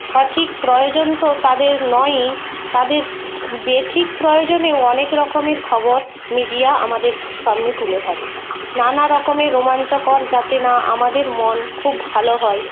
সঠিক প্রয়োজন তো তাদের নয়ই তাদের বেঠিক প্রয়োজনেও অনেক রকমের খবর মিডিয়া আমাদের সামনে তুলে ধরে নানা রকমের রোমাঞ্চকর যাতে না আমাদের মন খুব ভালো হয়